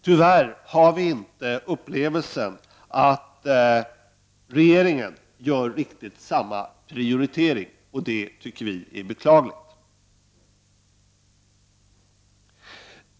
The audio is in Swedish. Tyvärr har vi inte upplevelsen att regeringen gör riktigt samma prioritering, och det tycker vi är beklagligt.